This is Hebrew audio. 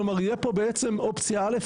כלומר תהיה פה בעצם אופציה א',